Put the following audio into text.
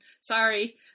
sorry